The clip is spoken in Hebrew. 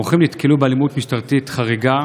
המוחים נתקלו באלימות משטרתית חריגה,